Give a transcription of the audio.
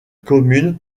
commune